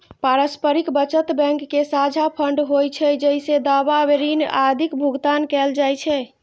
पारस्परिक बचत बैंक के साझा फंड होइ छै, जइसे दावा, ऋण आदिक भुगतान कैल जाइ छै